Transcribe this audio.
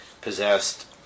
possessed